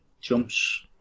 jumps